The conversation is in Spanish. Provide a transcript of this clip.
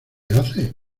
hace